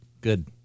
Good